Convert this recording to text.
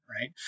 right